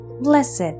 Blessed